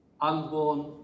unborn